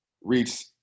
reach